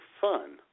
fun